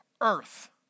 earth